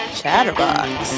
chatterbox